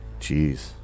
Jeez